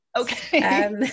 okay